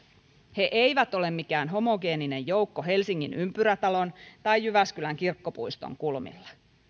he eivät ole mikään homogeeninen joukko helsingin ympyrätalon tai jyväskylän kirkkopuiston kulmilla